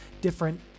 different